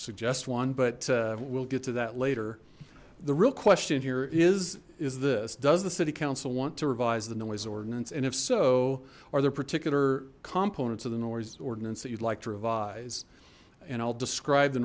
suggest one but we'll get to that later the real question here is is this does the city council want to revise the noise ordinance and if so are there particular components of the noise ordinance that you'd like to revise and i'll describe the